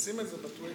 שים את זה בטוויטר.